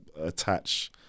attach